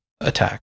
attack